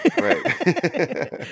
Right